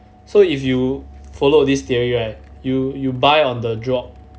so if you follow this theory right you you buy on the drop